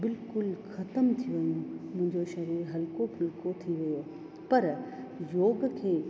बिल्कुलु ख़तमु थियूं मुंहिंजो शरीर हल्को फुल्को थी वियो पर योग खे